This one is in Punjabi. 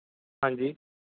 ਹਾਂਜੀ